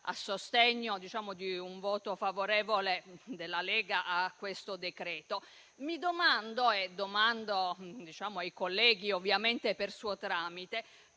a sostegno di un voto favorevole della Lega al decreto-legge in esame. Mi domando e domando ai colleghi, ovviamente per suo tramite,